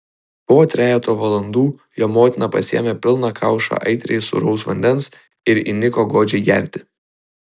po trejeto valandų jo motina pasisėmė pilną kaušą aitriai sūraus vandens ir įniko godžiai gerti